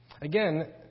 Again